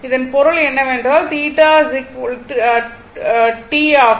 இதன் பொருள் என்னவென்றால் θ to t ஆகும்